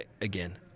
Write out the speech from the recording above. again